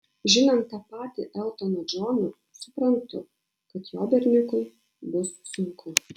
žinant tą patį eltoną džoną suprantu kad jo berniukui bus sunku